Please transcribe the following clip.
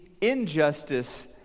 injustice